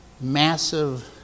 massive